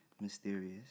Mysterious